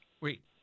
Wait